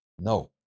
No